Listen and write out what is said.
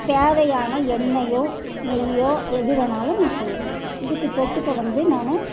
தேவையான எண்ணெயோ நெய்யோ எதுவேனாலும் நான் செய்வேன் இதுக்கு தொட்டுக்க வந்து நான்